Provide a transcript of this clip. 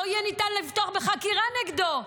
לא יהיה ניתן לפתוח בחקירה נגדו.